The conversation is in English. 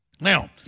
Now